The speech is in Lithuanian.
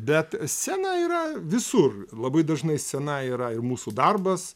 bet scena yra visur labai dažnai scena yra ir mūsų darbas